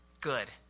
Good